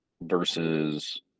versus